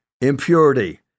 impurity